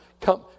Come